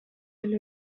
эле